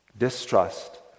distrust